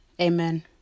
Amen